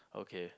okay